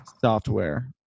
software